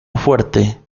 fuerte